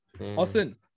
Austin